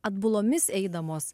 atbulomis eidamos